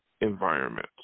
environment